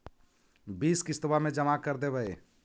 बिस किस्तवा मे जमा कर देवै?